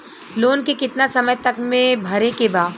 Loan के कितना समय तक मे भरे के बा?